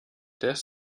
death